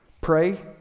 Pray